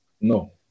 no